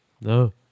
No